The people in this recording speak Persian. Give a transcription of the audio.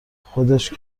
خودش